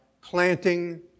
planting